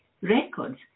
records